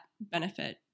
benefit